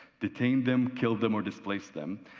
detain them, kill them, or displace them.